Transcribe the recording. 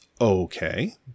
Okay